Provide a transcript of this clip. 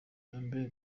lambert